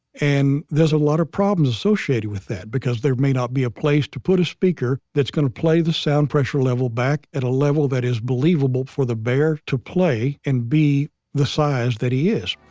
and there's a lot of problems associated with that, because there may not be a place to put a speaker that's gonna play the sound pressure level back at a level that is believable for a bear to play, and be the size that he is